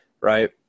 right